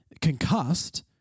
concussed